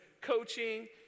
coaching